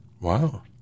Wow